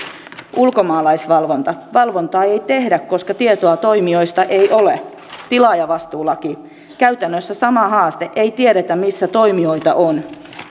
ulkomaalaisvalvonta valvontaa ei tehdä koska tietoa toimijoista ei ole tilaajavastuulaki käytännössä sama haaste ei tiedetä missä toimijoita on